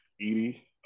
Edie